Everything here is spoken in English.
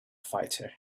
fighter